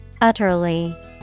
Utterly